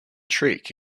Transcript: trick